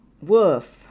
Woof